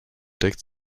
deckt